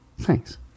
Thanks